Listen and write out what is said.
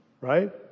right